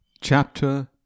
Chapter